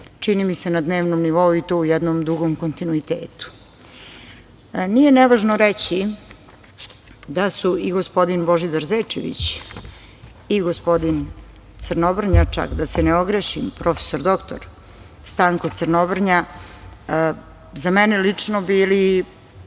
čini mi se na dnevnom nivou i to u jednom dugom kontinuitetu. Nije nevažno reći da su i gospodin Božidar Zečević i gospodin Crnobrnja, čak da se ne ogrešim profesor doktor Stanko Crnobrnja, za mene lično bili,